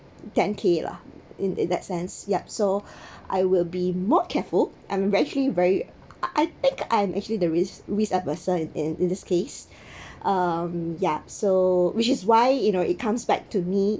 ten K lah in that sense yup so I will be more careful I'm actually very I think I'm actually the risk risk adverse in in this case um ya so which is why you know it comes back to me